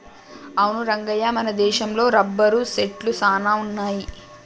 అవును రంగయ్య మన దేశంలో రబ్బరు సెట్లు సాన వున్నాయి